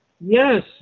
Yes